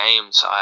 games